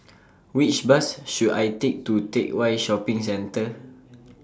Which Bus should I Take to Teck Whye Shopping Centre